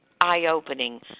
eye-opening